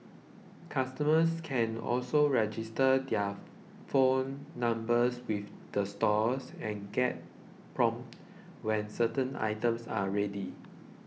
customers can also register their phone numbers with the stores and get prompted when certain items are ready